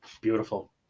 Beautiful